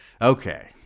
Okay